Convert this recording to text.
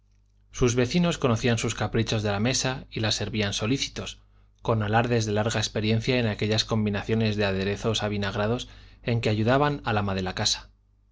sus vecinos conocían sus caprichos de la mesa y la servían solícitos con alardes de larga experiencia en aquellas combinaciones de aderezos avinagrados en que ayudaban al ama de la casa